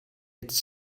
jetzt